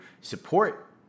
support